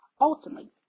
ultimately